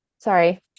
Sorry